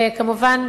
וכמובן,